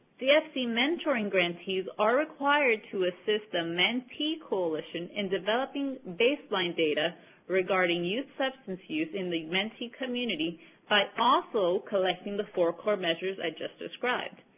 dfc mentoring grantees are required to assist the ah mentee coalition in developing baseline data regarding youth substance use in the mentee community by also collecting the four core measures i just described.